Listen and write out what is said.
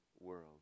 world